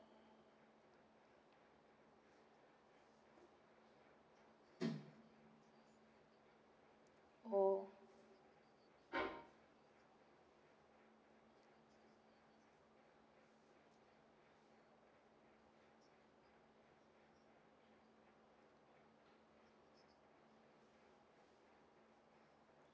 orh